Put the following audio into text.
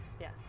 yes